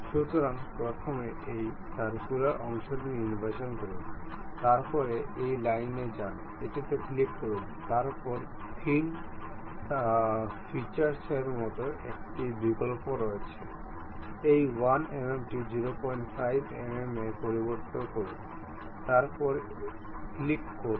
সুতরাং প্রথমে এই সার্কুলার অংশটি নির্বাচন করুন তারপরে এই লাইনে যান এটিতে ক্লিক করুন তারপরে থিন ফিচার্সের মতো একটি বিকল্প রয়েছে এই 1 mmটি 005 mm এ পরিবর্তন করুন তারপরে ক্লিক করুন